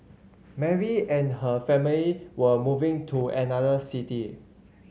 Mary and her family were moving to another city